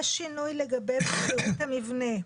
יש שינוי לגבי זהות המבנה.